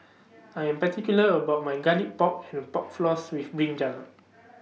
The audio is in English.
I Am particular about My Garlic Pork and Pork Floss with Brinjal